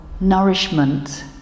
nourishment